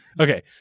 Okay